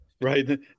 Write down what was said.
Right